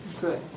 Good